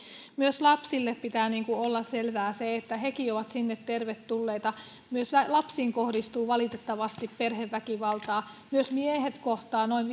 myös lapsille pitää olla selvää että hekin ovat sinne tervetulleita myös lapsiin kohdistuu valitettavasti perheväkivaltaa myös miehet sitä kohtaavat noin